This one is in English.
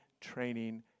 training